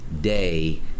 day